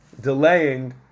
delaying